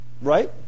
right